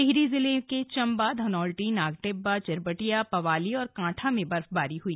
टिहरी जिले के चंबा धनौल्टी नागटिब्बा चिरबटिया पवाली और कांठा में बर्फबारी हुई